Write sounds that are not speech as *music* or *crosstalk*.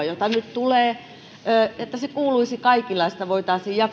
*unintelligible* jota nyt tulee myöskin kuuluisi kaikille ja sitä voitaisiin jakaa